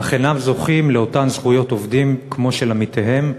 אך אינם זוכים לאותן זכויות עובדים כמו של עמיתיהם,